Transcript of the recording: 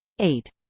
eight.